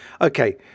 okay